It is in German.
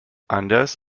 anders